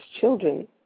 children